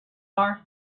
our